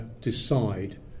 decide